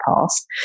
past